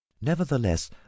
nevertheless